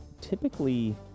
typically